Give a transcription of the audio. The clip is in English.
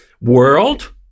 world